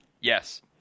Yes